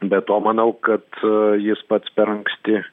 be to manau kad jis pats per anksti